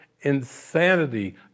insanity